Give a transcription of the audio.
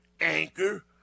Anchor